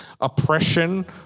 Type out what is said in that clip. oppression